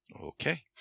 Okay